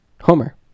Homer